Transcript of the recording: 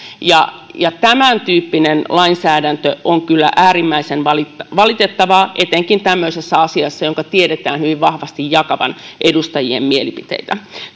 tämäntyyppinen lainsäädäntö on kyllä äärimmäisen valitettavaa etenkin tämmöisessä asiassa jonka tiedetään hyvin vahvasti jakavan edustajien mielipiteitä